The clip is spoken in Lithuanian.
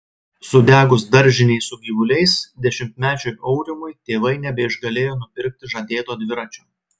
sudegus daržinei su gyvuliais dešimtmečiui aurimui tėvai nebeišgalėjo nupirkti žadėto dviračio